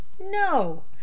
No